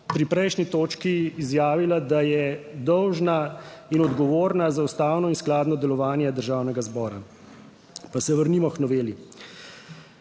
pri prejšnji točki izjavila, da je dolžna in odgovorna za ustavno in skladno delovanje Državnega zbora. Pa se vrnimo k noveli.